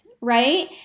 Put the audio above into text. right